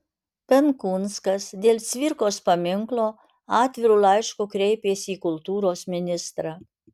benkunskas dėl cvirkos paminklo atviru laišku kreipėsi į kultūros ministrą